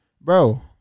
bro